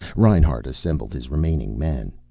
reinhart assembled his remaining men.